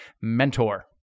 mentor